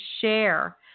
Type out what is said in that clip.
share